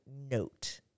note